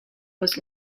was